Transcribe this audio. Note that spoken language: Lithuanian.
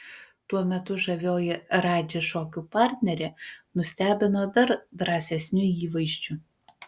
tuo metu žavioji radži šokių partnerė nustebino dar drąsesniu įvaizdžiu